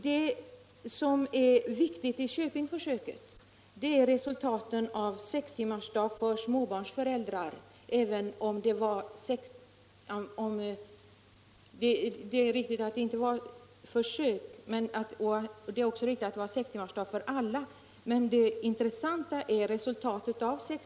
Vad som är viktigt i Köpingförsöket är resultaten av ett införande av sex timmars arbetsdag för småbarnsföräldrar, även om det är riktigt att det i detta fall inte var fråga om ett försök liksom att det inte gällde sextimmarsdag för alla.